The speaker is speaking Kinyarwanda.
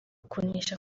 kunesha